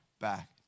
back